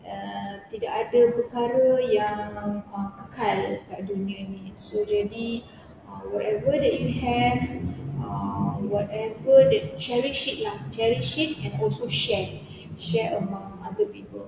err tidak ada perkara yang uh kekal dekat dunia ni so jadi uh whatever that you have whatever that cherish it lah cherish it and also share share among other people